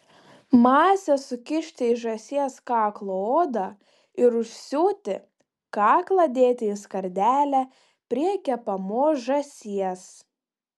masę sukišti į žąsies kaklo odą ir užsiūti kaklą dėti į skardelę prie kepamos žąsies